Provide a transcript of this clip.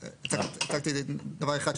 אז הצגתי דבר אחד,